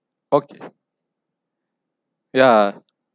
okay ya